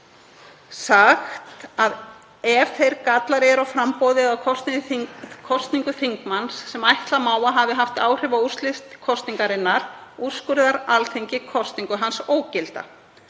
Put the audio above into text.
sagt að ef þeir gallar eru á framboði eða kosningu þingmanns sem ætla má að hafi haft áhrif á úrslit kosningarinnar úrskurði Alþingi kosningu hans ógilda.